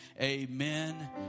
Amen